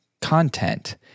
content